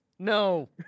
No